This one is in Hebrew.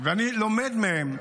ואני לומד מהם.